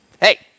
Hey